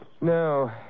No